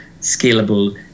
scalable